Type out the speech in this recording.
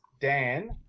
Dan